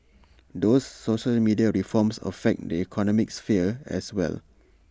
those social media reforms affect the economic sphere as well